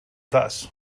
thus